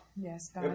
Yes